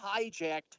hijacked